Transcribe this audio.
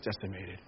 decimated